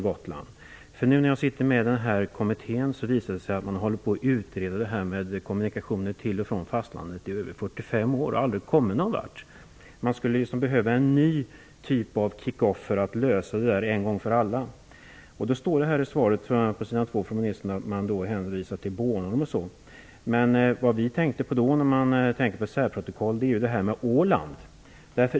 Man har nämligen hållit på att utreda frågan om kommunikationer till och från fastlandet i över 45 år och aldrig kommit någon vart. Man skulle behöva en ny typ av ''kick off'' för att lösa problemet en gång för alla. I svaret hänvisades till Bornholm. När det gäller särprotokoll tänkte vi främst på Åland.